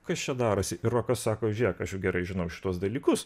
kas čia darosi ir rokas sako žiūrėk aš juk gerai žinau šituos dalykus